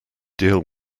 deal